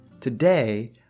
Today